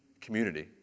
community